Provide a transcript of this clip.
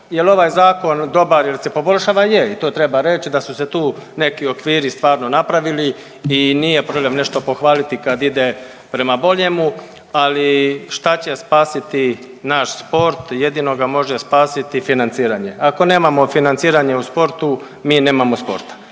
Jel ovaj zakon, jel se poboljšava? Je i to treba reći da su se tu neki okviri stvarno napravili i nije problem nešto pohvaliti kad ide prema boljemu, ali šta će spasiti naš sport jedino ga može spasiti financiranje. Ako nemamo financiranje u sportu mi nemamo sporta.